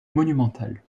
monumental